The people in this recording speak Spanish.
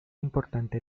importante